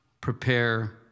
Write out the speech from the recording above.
prepare